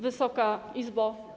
Wysoka Izbo!